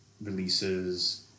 releases